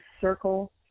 circle